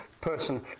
person